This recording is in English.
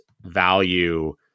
value